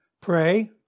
Pray